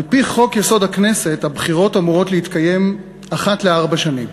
על-פי חוק-יסוד: הכנסת הבחירות אמורות להתקיים אחת לארבע שנים.